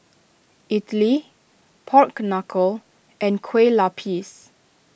Idly Pork Knuckle and Kueh Lupis